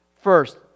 First